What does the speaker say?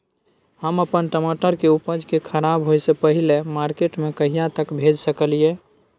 हम अपन टमाटर के उपज के खराब होय से पहिले मार्केट में कहिया तक भेज सकलिए?